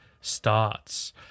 starts